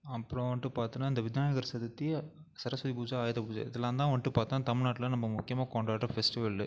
அப்புறம் வந்துட்டு பார்த்தோன்னா இந்த விநாயகர் சதுர்த்தி சரஸ்வதி பூஜை ஆயுதபூஜை இதெல்லாம் தான் வந்துட்டு பார்த்தோன்னா தமிழ் நாட்டில் நம்ம முக்கியமாக கொண்டாடுற ஃபெஸ்ட்டிவலு